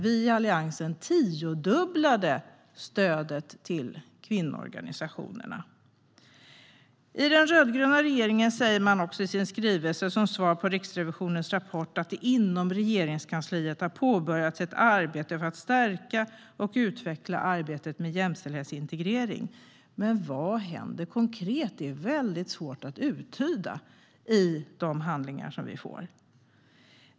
Vi i Alliansen tiodubblade stödet till kvinnoorganisationerna. Den rödgröna regeringen säger i sin skrivelse som svar på Riksrevisionens rapport att det inom Regeringskansliet har påbörjats ett arbete för att stärka och utveckla arbetet med jämställdhetsintegrering. Men vad händer konkret? Det är svårt att uttyda av de handlingar som vi får.